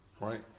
right